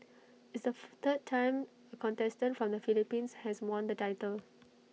it's the third time A contestant from the Philippines has won the title